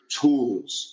tools